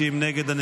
50 נגד.